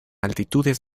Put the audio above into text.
altitudes